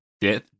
Death